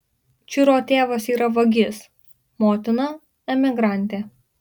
čiro tėvas yra vagis motina emigrantė